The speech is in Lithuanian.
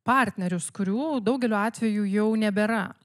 partnerius kurių daugeliu atvejų jau nebėra